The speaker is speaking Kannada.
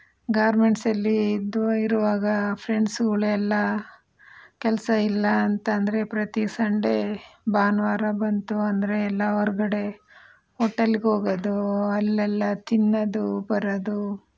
ಗಾರ್ಮೆಂಟ್ಸಲ್ಲಿ ಇದ್ವ ಇರುವಾಗ ಫ್ರೆಂಡ್ಸುಗಳೆಲ್ಲ ಕೆಲಸ ಇಲ್ಲ ಅಂತ ಅಂದರೆ ಪ್ರತಿ ಸಂಡೆ ಭಾನುವಾರ ಬಂತು ಅಂದರೆ ಎಲ್ಲ ಹೊರಗಡೆ ಹೋಟೆಲ್ಗೆ ಹೋಗೋದು ಅಲ್ಲೆಲ್ಲ ತಿನ್ನೋದು ಬರೋದು